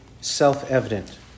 self-evident